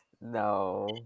No